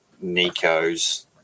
Nico's